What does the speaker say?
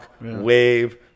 wave